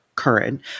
Current